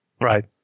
Right